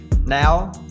Now